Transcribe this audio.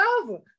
over